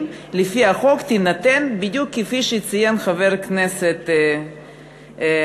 לפי החוק יינתן בדיוק כפי שציין חבר הכנסת הרצוג: